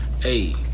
hey